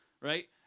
Right